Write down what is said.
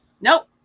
Nope